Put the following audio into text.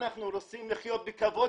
אנחנו רוצים לחיות בכבוד,